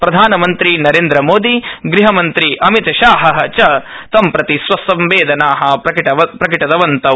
प्रधानमन्त्री नरेन्द्रमोदी गृहमन्त्री अमितशाह च स्वसंवेदना प्रकटितवन्तौ